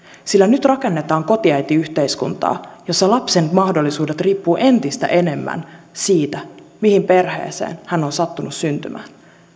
nyt rakennetaan kotiäitiyhteiskuntaa jossa lapsen mahdollisuudet riippuvat entistä enemmän siitä mihin perheeseen hän on sattunut syntymään